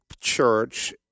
church